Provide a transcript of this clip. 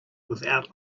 without